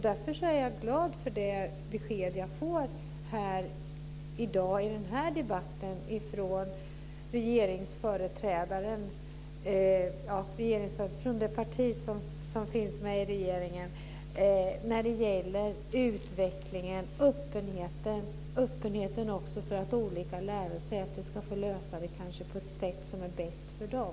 Därför är jag glad för det besked jag i den här debatten får från det parti som ingår i regeringen när det gäller utvecklingen och öppenheten, även öppenheten för att olika lärosäten ska få lösa detta på ett sätt som är bäst för dem.